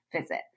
visit